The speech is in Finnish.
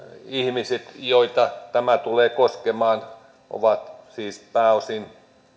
ihmiset joita tämä tematiikka tulee koskemaan ovat siis pääosin